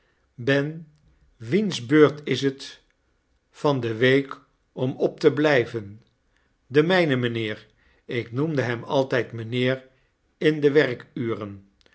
ben wiens beurt is het van deweekomop te biyven de mijne mynheer ik noemde hem altjjd h miinheer in de werkuren